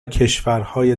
کشورهای